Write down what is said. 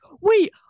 Wait